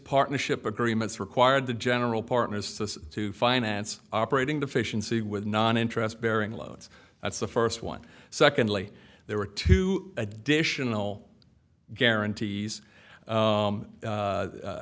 partnership agreements required the general partners to us to finance operating deficiency with non interest bearing loans that's the first one secondly there were two additional guarantees